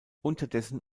unterdessen